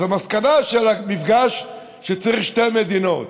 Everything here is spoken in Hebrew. אז המסקנה של המפגש היא שצריך שתי מדינות,